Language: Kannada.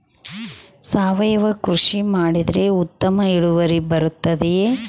ಸಾವಯುವ ಕೃಷಿ ಮಾಡಿದರೆ ಉತ್ತಮ ಇಳುವರಿ ಬರುತ್ತದೆಯೇ?